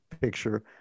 picture